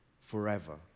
forever